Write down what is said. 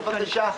בבקשה?